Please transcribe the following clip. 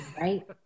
right